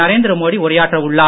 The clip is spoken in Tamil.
நரேந்திர மோடி உரையாற்ற உள்ளார்